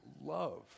love